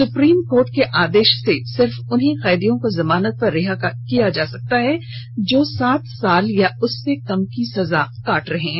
supreme court के आदेश से सिर्फ उन्हीं कैदियों को जमानत पर रिहा किया जा सकता है जो सात साल या उससे कम की सजा काट रहे हैं